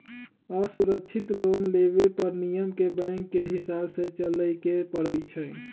असुरक्षित लोन लेबे पर नियम के बैंकके हिसाबे से चलेए के परइ छै